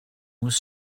was